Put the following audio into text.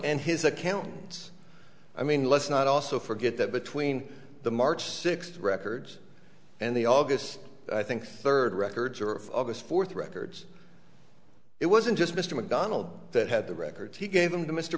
and his accountants i mean let's not also forget that between the march sixth records and the august i think third records are of august fourth records it wasn't just mr macdonald that had the records he gave them to mr